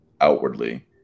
outwardly